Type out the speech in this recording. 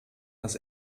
das